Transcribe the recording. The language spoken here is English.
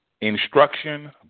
instruction